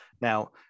Now